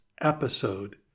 episode